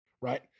Right